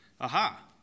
Aha